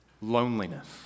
Loneliness